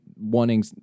wanting